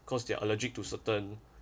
cause they're allergic to certain